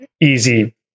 easy